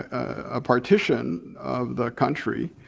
a partition of the country,